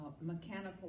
mechanical